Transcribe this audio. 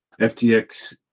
FTX